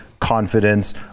confidence